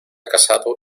casado